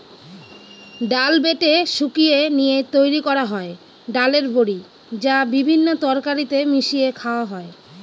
ডাল বেটে শুকিয়ে নিয়ে তৈরি করা হয় ডালের বড়ি, যা বিভিন্ন তরকারিতে মিশিয়ে খাওয়া হয়